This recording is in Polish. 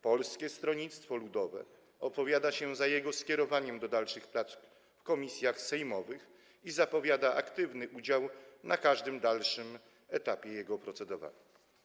Polskie Stronnictwo Ludowe opowiada się za skierowaniem go do dalszych prac w komisjach sejmowych i zapowiada aktywny udział na każdym dalszym etapie jego procedowania.